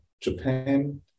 Japan